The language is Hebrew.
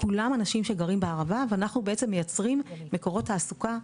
כולם אנשים שגרים בערבה ואנחנו בעצם מייצרים מקורות תעסוקה בפריפריה,